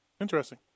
Interesting